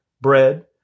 bread